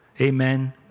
amen